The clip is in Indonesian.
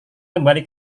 kembali